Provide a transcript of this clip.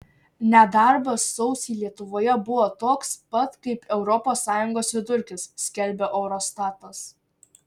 nedarbas sausį lietuvoje buvo toks pat kaip europos sąjungos vidurkis skelbia eurostatas